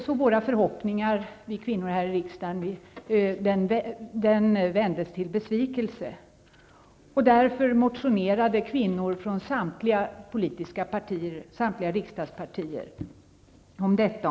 De förhoppningar vi kvinnor här i riksdagen hade vändes till besvikelse. Därför motionerade kvinnor från samtliga riksdagens partier om detta.